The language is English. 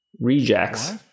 rejects